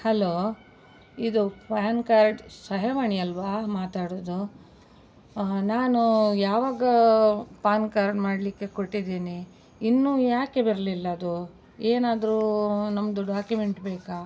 hello ಇದು pan card ಸಹಾಯವಾಣಿ ಅಲ್ಲವಾ ಮಾತಾಡೋದು ನಾನು ಯಾವಾಗ ಪಾನ್ ಕಾರ್ಡ್ ಮಾಡಲಿಕ್ಕೆ ಕೊಟ್ಟಿದ್ದೀನಿ ಇನ್ನೂ ಯಾಕೆ ಬರಲಿಲ್ಲ ಅದು ಏನಾದರೂ ನಮ್ಮದು ಡಾಕ್ಯುಮೆಂಟ್ ಬೇಕಾ